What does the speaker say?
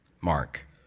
Mark